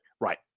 Right